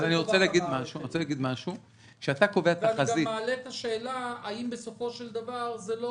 אני גם מעלה את השאלה האם בסופו של דבר זו לא